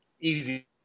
easy